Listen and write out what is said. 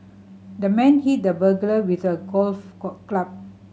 the man hit the burglar with a golf club